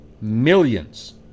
millions